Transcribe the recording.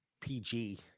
PG